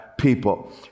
people